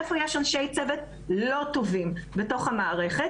איפה יש אנשי צוות לא טובים בתוך המערכת,